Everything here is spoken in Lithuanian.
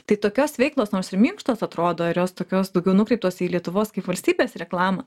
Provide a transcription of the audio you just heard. tai tokios veiklos nors ir minkštos atrodo ir jos tokios daugiau nukreiptos į lietuvos kaip valstybės reklamą